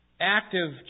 active